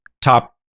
top